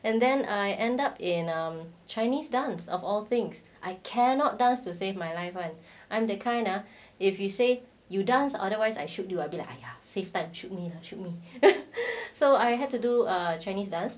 and then I end up in um chinese dance of all things I cannot dance to save my life [one] I'm the kinda if you say you dance otherwise I should do I'd be like save time should mean shoot me so I had to do chinese dance